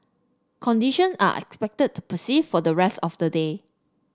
conditions are expected to persist for the rest of the day